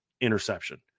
Interception